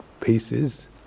pieces